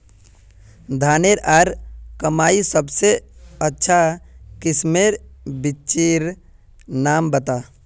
धानेर आर मकई सबसे अच्छा किस्मेर बिच्चिर नाम बता?